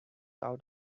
out